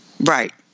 Right